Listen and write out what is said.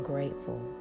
Grateful